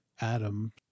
Adam